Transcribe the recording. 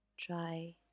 Try